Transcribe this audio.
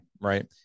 Right